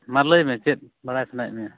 ᱢᱟ ᱞᱟᱹᱭᱢᱮ ᱪᱮᱫ ᱵᱟᱲᱟᱭ ᱥᱟᱱᱟᱭᱮᱫ ᱢᱮᱭᱟ